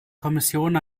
kommission